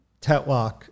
Tetlock